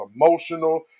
emotional